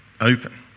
open